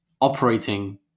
operating